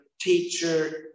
teacher